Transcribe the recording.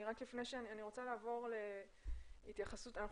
אני רוצה לעבור להתייחסות של